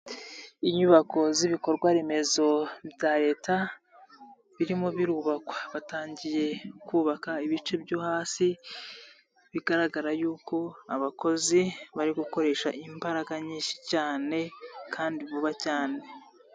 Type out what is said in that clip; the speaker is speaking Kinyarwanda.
Inyubako z'ibikorwa remezo bya Leta birimo birubakwa, batangiye kubaka ibice byo hasi bigaragara y'uko abakozi bari gukoresha imbaraga nyinshi cyane kandi vuba cyane.